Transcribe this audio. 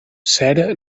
cera